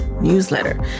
newsletter